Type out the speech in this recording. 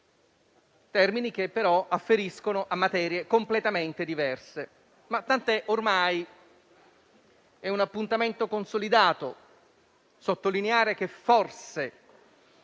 termini che afferiscono a materie completamente diverse. Ma - tant'è - ormai è un appuntamento consolidato. Sottolineare che forse